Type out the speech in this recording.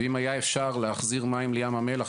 ואם היה אפשר להחזיר מים לים המלח,